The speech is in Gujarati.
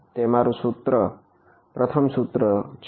તે મારુ પ્રથમ સૂત્ર છે બરાબર